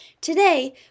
Today